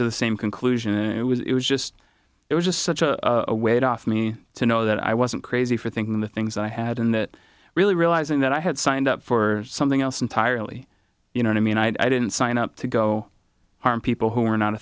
to the same conclusion it was it was just it was just such a weight off me to know that i wasn't crazy for thinking the things i had and that really realizing that i had signed up for something else entirely you know i mean i didn't sign up to go harm people who were not a